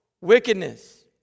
wickedness